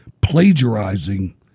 plagiarizing